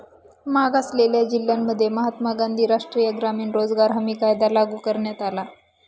मागासलेल्या जिल्ह्यांमध्ये महात्मा गांधी राष्ट्रीय ग्रामीण रोजगार हमी कायदा लागू करण्यात आला